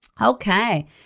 Okay